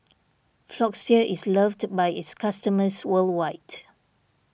Floxia is loved by its customers worldwide